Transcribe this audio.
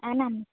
Yanam